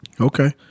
Okay